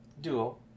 Duo